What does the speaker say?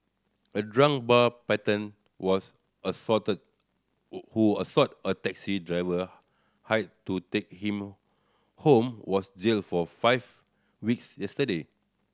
a drunk bar patron was assaulted who assaulted a taxi driver hired to take him home was jailed for five weeks yesterday